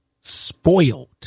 spoiled